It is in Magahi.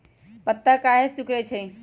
पत्ता काहे सिकुड़े छई?